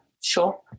sure